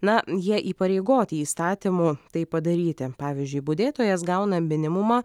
na jie įpareigoti įstatymu tai padaryti pavyzdžiui budėtojas gauna minimumą